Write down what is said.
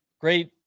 great